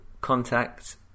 contact